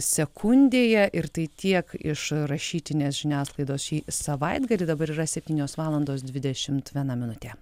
sekundėje ir tai tiek iš rašytinės žiniasklaidos šį savaitgalį dabar yra septynios valandos dvidešimt viena minutė